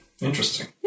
Interesting